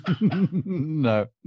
no